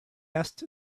asked